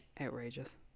Outrageous